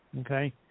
okay